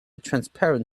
transparent